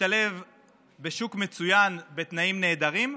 להשתלב בשוק מצוין בתנאים נהדרים,